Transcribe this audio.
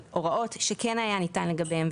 הוראות שכן היה ניתן לקיים את הוראות החוק לגביהן,